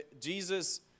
Jesus